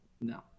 no